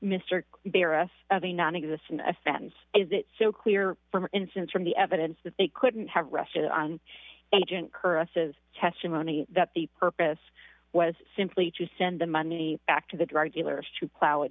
mr barrow us of a nonexistent offense is it so clear for instance from the evidence that they couldn't have rested on agent curtis's testimony that the purpose was simply to send the money back to the drug dealers to plo